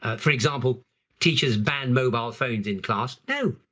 ah for example teachers ban mobile phones in class. no!